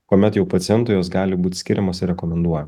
kuomet jau pacientui jos gali būt skiriamos ir rekomenduojamos